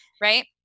right